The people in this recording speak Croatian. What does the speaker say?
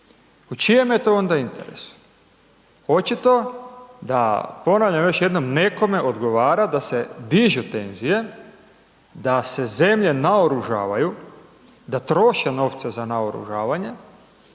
u čijem je to onda interesu? Očito da, ponavljam još jednom, nekome odgovara da se dižu tenzije, da se zemlje naoružavaju, da troše novce za naoružavanje,